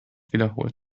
wiederholt